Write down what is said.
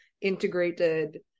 integrated